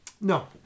No